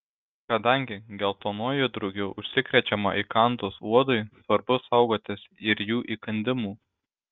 kadangi geltonuoju drugiu užsikrečiama įkandus uodui svarbu saugotis ir jų įkandimų